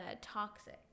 toxic